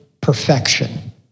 perfection